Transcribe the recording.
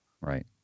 Right